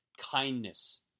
kindness